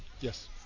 Yes